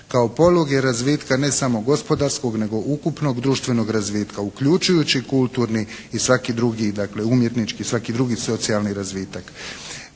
kao poluge razvitka ne samo gospodarskog nego ukupnog društvenog razvitka uključujući kulturni i svaki drugi dakle umjetnički i svaki drugi socijalni razvitak.